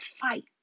fight